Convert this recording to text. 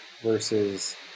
versus